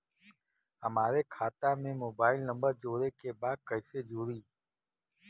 हमारे खाता मे मोबाइल नम्बर जोड़े के बा कैसे जुड़ी?